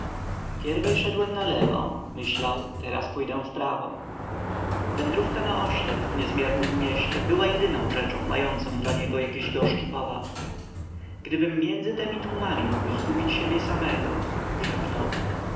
pierwiej szedłem nalewo myślał teraz pójdę wprawo wędrówka naoślep w niezmiernem mieście była jedyną rzeczą mającą dla niego jakiś gorzki powab gdybym między temi tłumami mógł zgubić samego